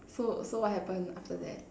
so so what happen after that